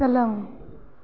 सोलों